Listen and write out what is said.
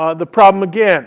ah the problem again